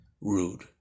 rude